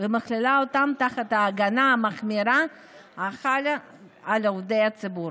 ומכלילה אותם תחת ההגנה המחמירה החלה על עובדי ציבור.